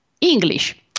English